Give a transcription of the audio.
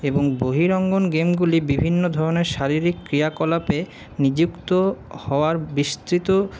এবং বহিরাঙ্গন গেমগুলি বিভিন্ন ধরনের শারীরিক ক্রিয়াকলাপে নিযুক্ত হওয়ার বিস্তৃত